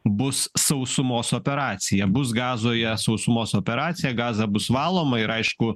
bus sausumos operacija bus gazoje sausumos operacija gaza bus valoma ir aišku